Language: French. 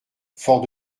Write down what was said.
fort